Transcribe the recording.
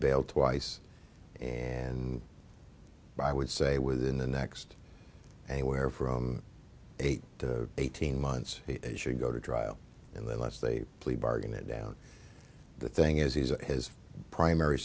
bail twice and i would say within the next anywhere from eight to eighteen months it should go to trial unless they plea bargain it down the thing is he's his primary